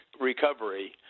recovery